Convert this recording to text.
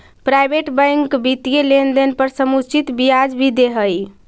private bank वित्तीय लेनदेन पर समुचित ब्याज भी दे हइ